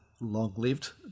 long-lived